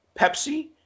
Pepsi